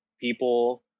people